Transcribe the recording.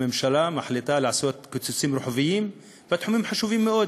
הממשלה מחליטה לעשות קיצוצים רוחביים בתחומים חשובים מאוד